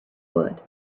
would